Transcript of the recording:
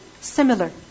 similar